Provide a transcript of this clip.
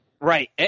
Right